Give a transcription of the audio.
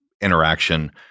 interaction